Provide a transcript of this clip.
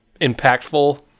impactful